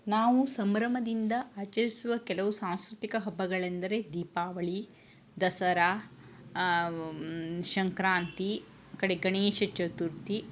ನಾವು ಸಂಭ್ರಮದಿಂದ ಆಚರಿಸುವ ಕೆಲವು ಸಾಂಸ್ಕೃತಿಕ ಹಬ್ಬಗಳೆಂದರೆ ದೀಪಾವಳಿ ದಸರಾ ಸಂಕ್ರಾಂತಿ ಕಡೆ ಗಣೇಶ ಚತುರ್ಥಿ